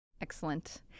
Excellent